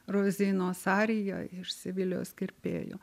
rozinos ariją iš sevilijos kirpėjo